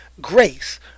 grace